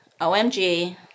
OMG